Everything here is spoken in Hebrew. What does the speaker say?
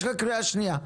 יש לך קריאה שנייה.